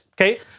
Okay